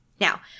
Now